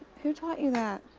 who taught you that?